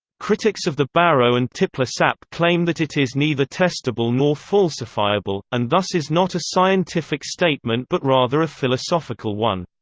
critics of the barrow and tipler sap claim that it is neither testable nor falsifiable, and thus is not a scientific statement but rather a philosophical one.